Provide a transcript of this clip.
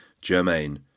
Germain